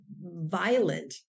violent